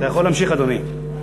אתה יכול להמשיך, אדוני.